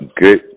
Good